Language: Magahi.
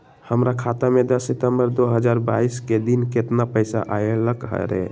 हमरा खाता में दस सितंबर दो हजार बाईस के दिन केतना पैसा अयलक रहे?